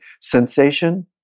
sensation